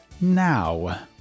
now